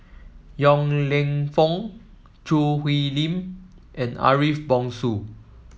Yong Lew Foong Choo Hwee Lim and Ariff Bongso